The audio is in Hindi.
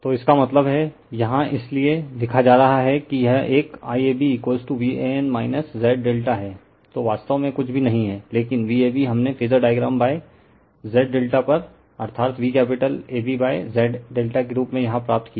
रिफर स्लाइड टाइम 0947 तो इसका मतलब है यहाँ इसीलिए लिखा जा रहा हैं कि यह एक IAB Van Z∆ हैं जो वास्तव में कुछ भी नही हैं लेकिन Vab हमने फेजर डायग्राम Z∆ पर अर्थात Vकैपिटल ABZ ∆ के रूप में यहाँ प्राप्त किया